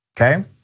okay